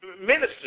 ministry